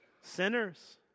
sinners